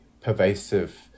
pervasive